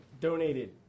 donated